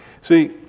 See